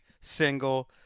single